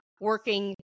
working